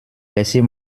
laissez